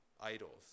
idols